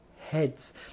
heads